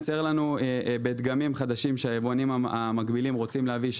בדגמים חדשים שהיבואנים המקבילים רוצים להביא,